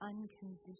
unconditional